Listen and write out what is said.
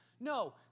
No